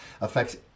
affects